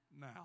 Now